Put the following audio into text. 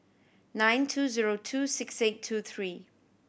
nine two zero two six eight two three